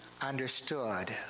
understood